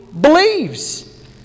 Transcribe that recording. believes